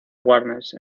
warnes